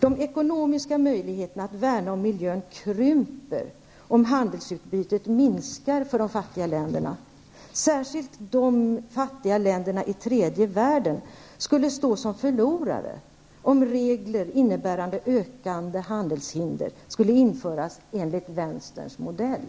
De ekonomiska möjligheterna att värna om miljön krymper om handelsutbytet minskar för de fattiga länderna. Särskilt de fattiga länderna i tredje världen skulle stå som förlorare, om regler innebärande ökade handelshinder skulle införas enligt vänsterns modell.